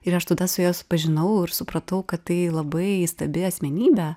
ir aš tada su ja supažinau ir supratau kad tai labai įstabi asmenybė